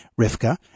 Rivka